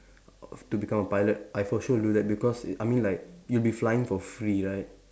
of to become a pilot I for sure will do that because I mean like you'll be flying for free right